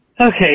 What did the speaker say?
Okay